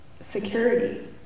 security